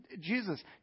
Jesus